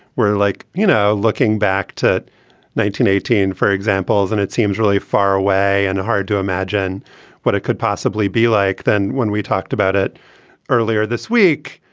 we're like, you know, looking back to nineteen eighteen for examples and it seems really far away and hard to imagine what it could possibly be like then when we talked about it earlier this week,